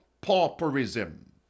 pauperism